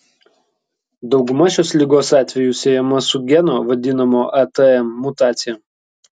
dauguma šios ligos atvejų siejama su geno vadinamo atm mutacija